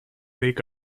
weg